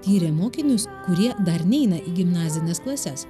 tyrė mokinius kurie dar neina į gimnazines klases